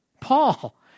Paul